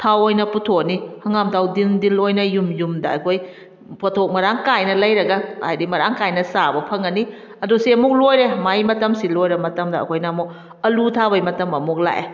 ꯊꯥꯎ ꯑꯣꯏꯅ ꯄꯨꯊꯣꯛꯑꯅꯤ ꯍꯪꯒꯥꯝ ꯊꯥꯎ ꯗꯤꯜ ꯗꯤꯜ ꯑꯣꯏꯅ ꯌꯨꯝ ꯌꯨꯝꯗ ꯑꯩꯈꯣꯏ ꯄꯣꯊꯣꯛ ꯃꯔꯥꯡ ꯀꯥꯏꯅ ꯂꯩꯔꯒ ꯍꯥꯏꯗꯤ ꯃꯔꯥꯡ ꯀꯥꯏꯅ ꯆꯥꯕ ꯐꯪꯉꯅꯤ ꯑꯗꯨ ꯁꯤ ꯑꯃꯨꯛ ꯂꯣꯏꯔꯦ ꯃꯥꯏ ꯃꯇꯝꯁꯤ ꯂꯣꯏꯔ ꯃꯇꯝꯗ ꯑꯩꯈꯣꯏꯅ ꯑꯃꯨꯛ ꯑꯂꯨ ꯊꯥꯕꯩ ꯃꯇꯝ ꯑꯃꯨꯛ ꯂꯥꯛꯑꯦ